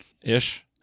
Ish